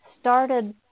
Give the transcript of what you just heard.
started